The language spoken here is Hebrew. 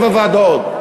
שבע ועדות?